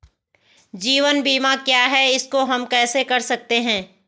जीवन बीमा क्या है इसको हम कैसे कर सकते हैं?